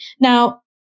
Now